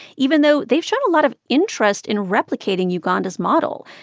even though they've shown a lot of interest in replicating uganda's model.